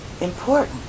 important